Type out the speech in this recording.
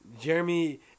Jeremy